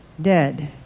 Dead